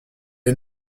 est